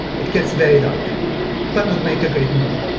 it gets very dark but would make a great movie.